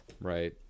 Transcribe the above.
Right